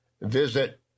visit